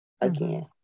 Again